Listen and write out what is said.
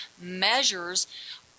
measures